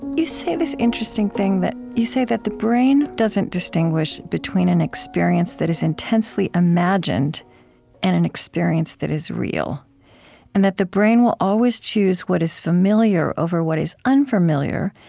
you say this interesting thing. you say that the brain doesn't distinguish between an experience that is intensely imagined and an experience that is real and that the brain will always choose what is familiar over what is unfamiliar,